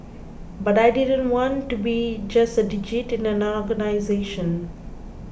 but I didn't want to be just a digit in an organisation